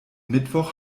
mittwoch